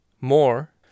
more